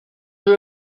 her